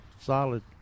Solid